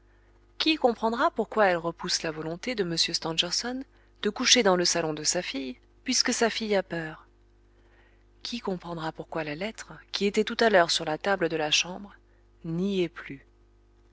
qui comprendra pourquoi elle repousse la volonté de m stangerson de coucher dans le salon de sa fille puisque sa fille a peur qui comprendra pourquoi la lettre qui était tout à l'heure sur la table de la chambre n'y est plus